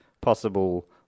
possible